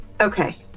Okay